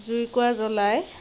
জুইকুৰা জ্বলাই